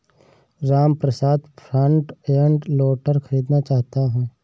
Ramprasad front end loader खरीदना चाहता है